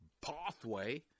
pathway